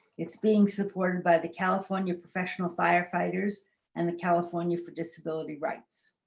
it's being supported by the california professional firefighters and the california for disability rights.